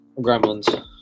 gremlins